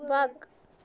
وق